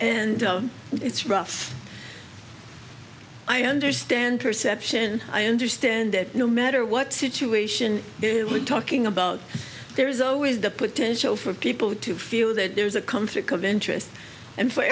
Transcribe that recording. and it's rough i understand perception i understand that no matter what situation we're talking about there is always the potential for people to feel that there's a conflict of interest and for